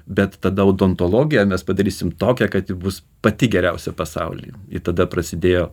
bet tada odontologiją mes padarysim tokią kad ji bus pati geriausia pasauly ir tada prasidėjo